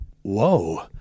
Whoa